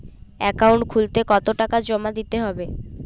Account খুলতে কতো টাকা জমা দিতে হবে?